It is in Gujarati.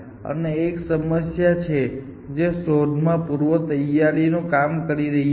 અને તે એક સમસ્યા છે જે શોધ માં પૂર્વતૈયારી નું કામ કરી રહી છે